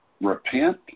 Repent